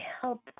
help